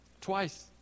Twice